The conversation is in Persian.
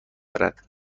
دارد